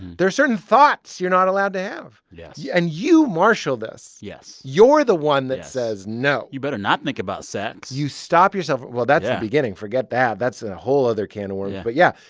there are certain thoughts you're not allowed to have yes yeah and you marshal this yes you're the one that says, no you better not think about sex you stop yourself. well, that's the yeah beginning. forget that. that's a whole other can of worms. but, yeah,